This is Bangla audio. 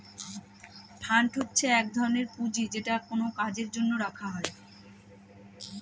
ফান্ড হচ্ছে এক ধরনের পুঁজি যেটা কোনো কাজের জন্য রাখা হয়